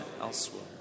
elsewhere